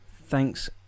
thanks